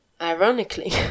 ironically